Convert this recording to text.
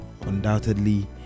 Undoubtedly